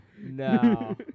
No